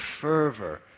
fervor